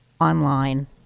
online